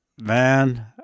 man